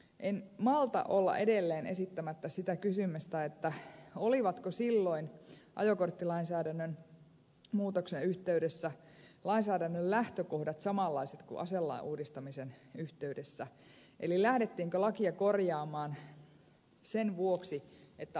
en malta olla edelleen esittämättä sitä kysymystä olivatko silloin ajokorttilainsäädännön muutoksen yhteydessä lainsäädännön lähtökohdat samanlaiset kuin aselain uudistamisen yhteydessä eli lähdettiinkö lakia korjaamaan sen vuoksi että autolla tehtiin joukkosurma